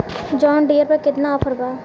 John Deere पर केतना offer बा?